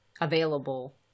available